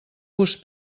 vos